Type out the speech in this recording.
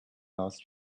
last